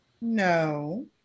No